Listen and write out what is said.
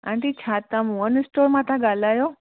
ही छा तां मोहन स्टॉल मां तां ॻाल्हायो